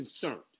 concerned